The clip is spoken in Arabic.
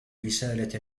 رسالة